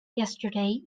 yesterday